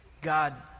God